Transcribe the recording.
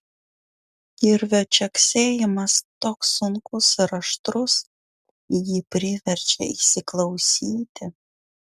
kirvio čeksėjimas toks sunkus ir aštrus jį priverčia įsiklausyti